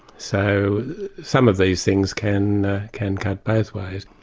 so some of these things can can cut both ways.